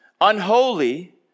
unholy